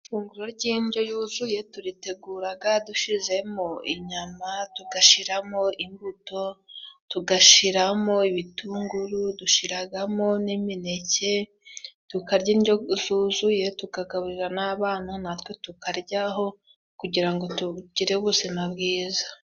Ifunguro ry'indyo yuzuye turitegura dushyizemo inyama, tugashyiramo imbuto, tugashyiramo ibitunguru, dushyiramo n'imineke, tukarya indyo zuzuye tukagaburira n'abana, natwe tukaryaho kugira ngo tugire ubuzima bwiza.